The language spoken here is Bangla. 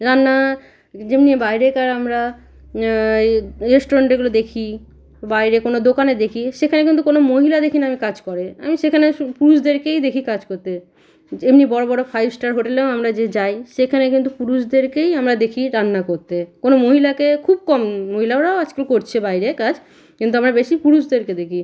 রান্না যেমনি বাইরেকার আমরা এ রেসটুরেন্টে এগুলো দেখি বাইরে কোনো দোকানে দেখি সেখানে কিন্তু কোনো মহিলা দেখি না আমি কাজ করে আমি সেখানে সু পুরুষদেরকেই দেখি কাজ করতে যেমনি বড়ো বড়ো ফাইভস্টার হোটেলেও আমরা যে যাই সেখানে কিন্তু পুরুষদেরকেই আমরা দেখি রান্না করতে কোনো মহিলাকে খুব কম মহিলারাও আজকাল করছে বাইরে কাজ কিন্তু আমরা বেশি পুরষদেরকে দেখি